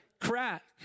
crack